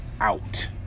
out